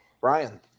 brian